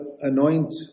anoint